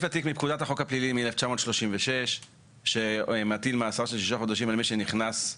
מפקודת החוק הפלילי מ-1936 שמטיל מאסר של שישה חודשים על מי שנכנס.